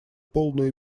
полную